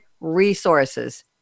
resources